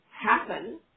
happen